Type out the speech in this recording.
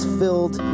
filled